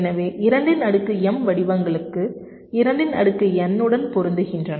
எனவே 2 இன் அடுக்கு m வடிவங்களுக்கு 2 இன் அடுக்கு n உடன் பொருந்துகின்றன